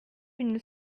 une